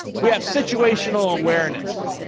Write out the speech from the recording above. we have situational awareness,